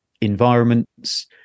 environments